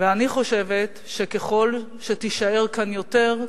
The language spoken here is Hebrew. ואני חושבת שככל שתישאר כאן יותר,